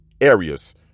areas